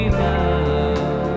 now